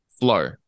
flow